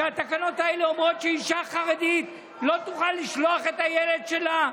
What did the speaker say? שאומרות שאישה חרדית לא תוכל לשלוח את הילד שלה